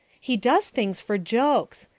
he does things for jokes.